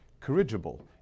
corrigible